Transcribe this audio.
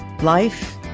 life